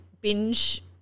binge